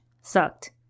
sucked